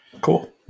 Cool